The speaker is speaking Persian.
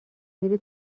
میره